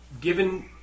given